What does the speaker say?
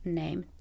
name